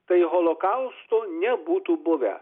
tai holokausto nebūtų buvę